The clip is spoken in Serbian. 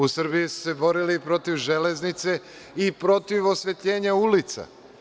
U Srbiji su se borili protiv železnice i protiv osvetljenja ulica.